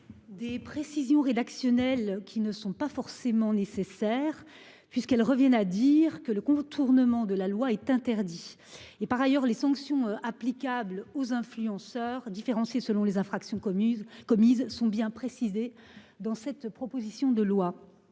Des précisions rédactionnelles, qui ne sont pas forcément nécessaire puisqu'elle revient à dire que le contournement de la loi est interdit. Et par ailleurs, les sanctions applicables aux influenceurs différencié selon les infractions commises commises sont bien précisé dans cette proposition de loi